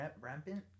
rampant